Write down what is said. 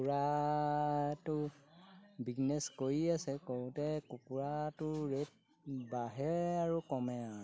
কুকুৰাটো বিগনেছ কৰি আছে কৰোঁতে কুকুৰাটো ৰেট বাঢ়ে আৰু কমে আৰু